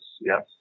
yes